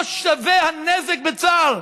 לא שווים הנזק וצער,